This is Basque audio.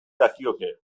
dakioke